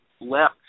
left